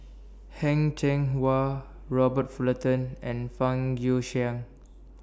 Heng Cheng Hwa Robert Fullerton and Fang Guixiang